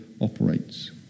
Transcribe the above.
operates